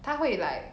她会 like